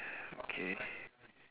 okay